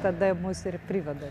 tada mus ir priveda